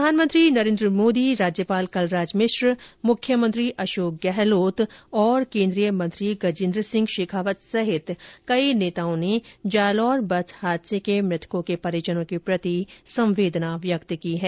प्रधानमंत्री नरेन्द्र मोदी राज्यपाल कलराज मिश्र मुख्यमंत्री अशोक गहलोत और केन्द्रीय मंत्री गजेन्द्र सिंह शेखावत सहित कई नेताओं ने जालौर बस हादसे के मृतकों के परिजनों के प्रति संवेदना व्यक्त की है